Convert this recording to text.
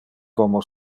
como